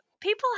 People